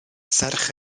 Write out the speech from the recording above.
serch